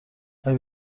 اگه